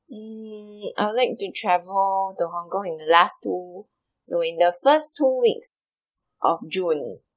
mm I would like to travel to Hong-Kong in the last two during the first two weeks of june